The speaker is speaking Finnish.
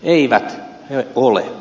eivät he ole